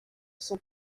son